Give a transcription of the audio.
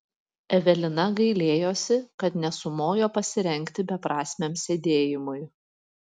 evelina gailėjosi kad nesumojo pasirengti beprasmiam sėdėjimui